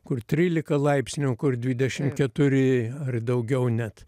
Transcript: kur trylika laipsnių o kur dvidešimt keturi ar daugiau net